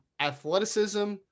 athleticism